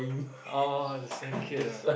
oh the swing kid ah